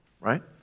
Right